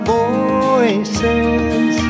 voices